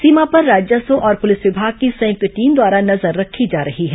सीमा पर राजस्व और पुलिस विभाग की संयुक्त टीम द्वारा नजर रखी जा रही है